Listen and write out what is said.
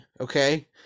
okay